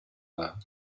war